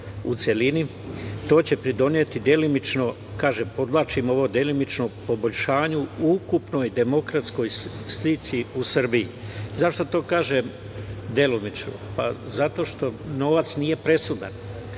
u celini. To će pridoneti delimično, kažem, podvlačim ovo delimično, poboljšanju ukupnoj demografskoj slici u Srbiji. Zašto to kažem delimično? Pa, zato što novac nije presudan. Slažem